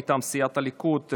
מטעם סיעת הליכוד,